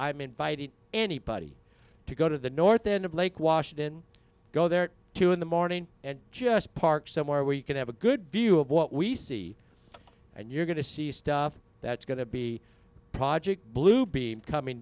i'm invited anybody to go to the north end of lake washington go there to in the morning and just park somewhere where you can have a good view of what we see and you're going to see stuff that's going to be project blue be coming